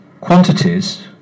quantities